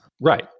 Right